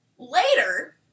Later